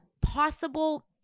possible